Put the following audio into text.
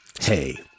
Hey